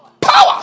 power